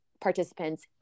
participants